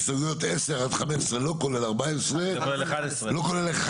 הסתייגות 10 עד 15 לא כולל 11 שנפסל,